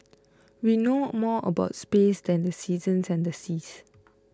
we know more about space than the seasons and the seas